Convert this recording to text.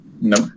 no